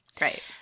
Right